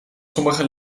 sommige